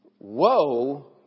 Woe